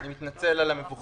אני מתנצל על המבוכה.